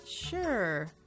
Sure